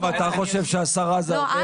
אולי גם אתה חושב שעשרה זה הרבה,